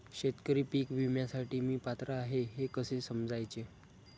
शेतकरी पीक विम्यासाठी मी पात्र आहे हे कसे समजायचे?